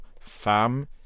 fam